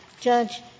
Judge